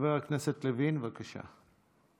חבר הכנסת לוין, בבקשה.